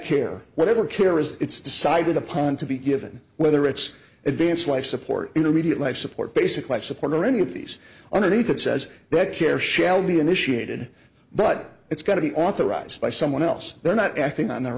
care whatever care is it's decided upon to be given whether it's advanced life support intermediate life support base a quite supportive or any of these on a need that says that care shall be initiated but it's got to be authorized by someone else they're not acting on their